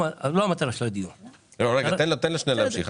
של הדיון --- רגע, תן לו להמשיך.